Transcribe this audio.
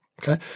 Okay